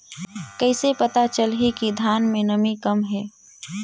कइसे पता चलही कि धान मे नमी कम हे?